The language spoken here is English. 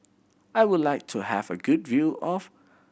I would like to have a good view of